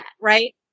right